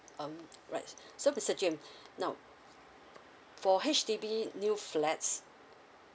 um right so mister james now for H_D_B new flats